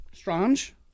Strange